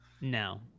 No